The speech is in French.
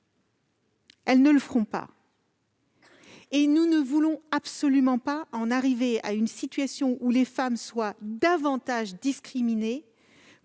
elles n'embaucheront pas de femmes. Nous ne voulons absolument pas en arriver à une situation où les femmes seraient davantage discriminées